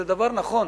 זה דבר נכון.